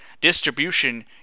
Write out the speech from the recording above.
distribution